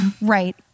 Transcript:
Right